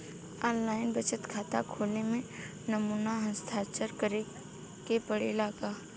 आन line बचत खाता खोले में नमूना हस्ताक्षर करेके पड़ेला का?